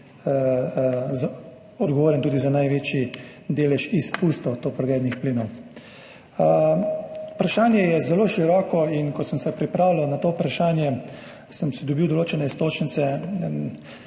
odgovoren za največji delež izpustov toplogrednih plinov. Vprašanje je zelo široko in ko sem se pripravljal na to vprašanje, sem dobil določene iztočnice.